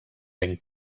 ben